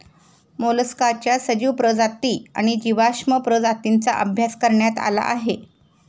मोलस्काच्या सजीव प्रजाती आणि जीवाश्म प्रजातींचा अभ्यास करण्यात आला आहे